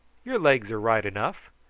your legs are right enough.